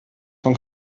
von